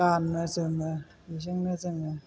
गानो जोमो बेजोंनो जोङो